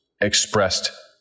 expressed